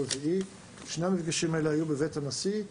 שני המפגשים היו בבית הנשיא.